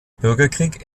bürgerkrieg